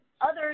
others